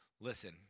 listen